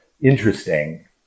interesting